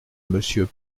monsieur